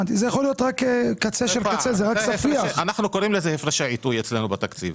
אנו קוראים לזה הפרשי עיתוי אצלנו בתקציב.